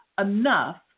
enough